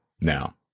now